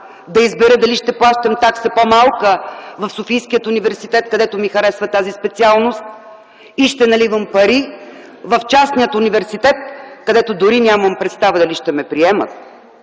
да избера дали ще плащам по-малка такса в Софийския университет, където ми харесва тази специалност, или ще наливам пари в частния университет, където дори нямам представа дали ще ме приемат?